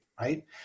right